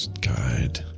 Guide